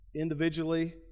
Individually